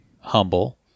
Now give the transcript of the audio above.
Humble